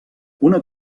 una